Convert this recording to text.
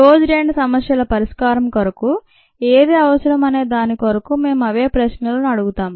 close end సమస్యల పరిష్కారం కొరకు ఏది అవసరం అనే దాని కొరకు మేం అవే ప్రశ్నలను అడుగుతాం